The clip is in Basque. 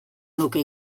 nuke